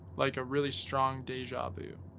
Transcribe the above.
like a really strong deja vu,